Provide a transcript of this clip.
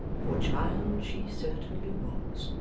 for child she certainly was,